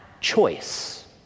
choice